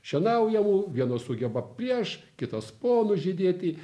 šienaujamų vieno sugeba prieš kitas po nužydėti